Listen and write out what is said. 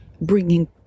bringing